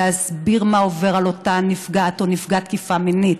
להסביר מה עובר על אותה נפגעת או נפגע תקיפה מינית,